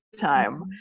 time